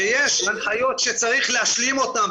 שיש הנחיות שצריך להשלים אותן,